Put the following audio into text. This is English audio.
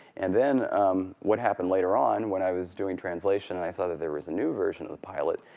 and then what happened later on when i was doing translation and i saw there there was a new version of pilot,